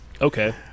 okay